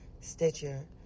Stitcher